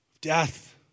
death